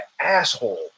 asshole